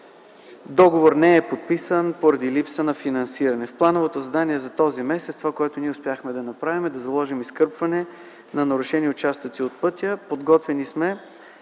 Договор не е подписан поради липса на финансиране. В плановото задание за този месец това, което успяхме да направим, е да заложим изкърпване на нарушени участъци от пътя. Подготвени сме.